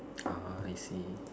ah I see